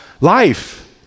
life